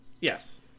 Yes